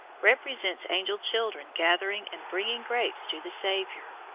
represents angel children gathering and bringing grapes to the saviour.